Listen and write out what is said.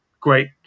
great